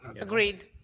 Agreed